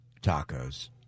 tacos